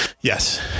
Yes